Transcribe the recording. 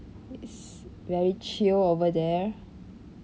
it's very chio over there